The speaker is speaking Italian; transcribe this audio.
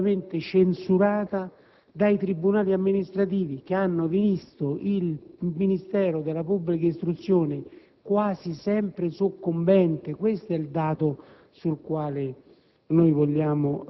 è stata ripetutamente censurata dai tribunali amministrativi, a seguito di ricorsi che hanno visto il Ministero della pubblica istruzione quasi sempre soccombente. Questo è il dato sul quale